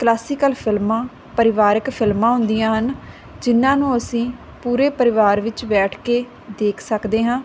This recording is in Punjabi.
ਕਲਾਸਿਕਲ ਫਿਲਮਾਂ ਪਰਿਵਾਰਿਕ ਫਿਲਮਾਂ ਹੁੰਦੀਆਂ ਹਨ ਜਿਨਾਂ ਨੂੰ ਅਸੀਂ ਪੂਰੇ ਪਰਿਵਾਰ ਵਿੱਚ ਬੈਠ ਕੇ ਦੇਖ ਸਕਦੇ ਹਾਂ